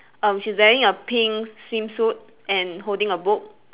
um she's wearing a pink swimsuit and holding a book